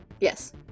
Yes